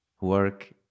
work